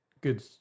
Good